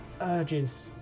urges